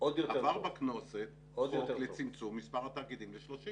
עבר בכנסת חוק לצמצום מספר התאגידים ל-30.